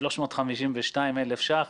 352,000 שקלים.